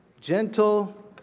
gentle